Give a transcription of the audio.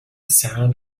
sound